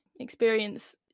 experience